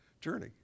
journey